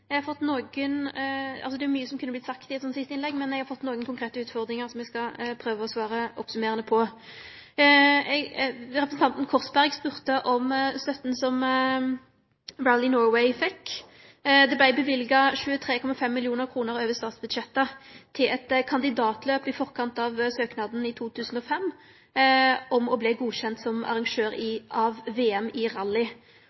Eg vil nytte anledninga til å takke for ein god diskusjon om kulturbudsjettet. Det er mykje som kunne vorte sagt i eit slikt siste innlegg, men eg har fått nokre konkrete utfordringar som eg skal prøve å svare oppsummerande på. Representanten Korsberg spurde om støtta som Rally Norway fekk. Det vart gitt tilskot på 23,5 mill. kr over statsbudsjettet til eit kandidatløp i forkant av søknaden i 2005 om å verte godkjend som